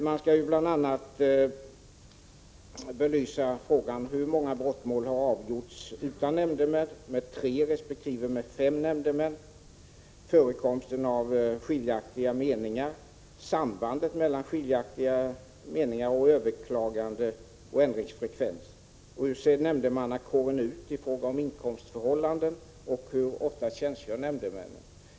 Man skall bl.a. belysa hur många brottmål som avgjorts utan nämndemän, med tre resp. fem nämndemän, förekomsten av skiljaktiga meningar, sambandet mellan skiljaktiga meningar och överklagandeoch ändringsfrekvens, hur nämndemannakåren ser ut i fråga om inkomstförhållanden och hur ofta nämndemännen tjänstgör.